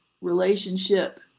relationship